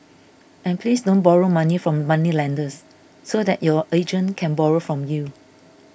and please don't borrow money from moneylenders so that your agent can borrow from you